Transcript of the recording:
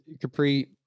Capri